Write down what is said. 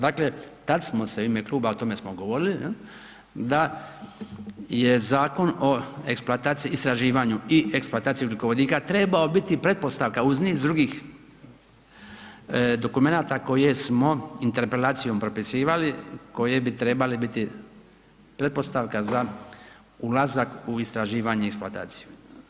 Dakle tada smo se u ime Kluba o tome smo govorili da je zakon o eksploataciji istraživanju i eksploataciji ugljikovodika trebao biti pretpostavka uz niz drugih dokumenata koje smo interpelacijom prepisivali koje bi trebale biti pretpostavka za ulazak u istraživanje i eksploataciju.